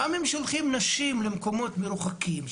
לפעמים שולחים נשים למקומות מרוחקים,